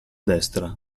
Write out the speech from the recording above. destra